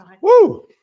Woo